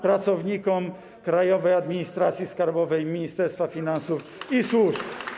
pracownikom Krajowej Administracji Skarbowej, Ministerstwa Finansów i służb.